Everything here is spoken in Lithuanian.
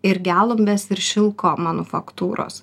ir gelumbės ir šilko manufaktūros